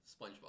SpongeBob